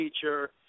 feature